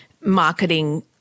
marketing